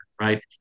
right